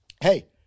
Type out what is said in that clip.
hey